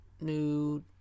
new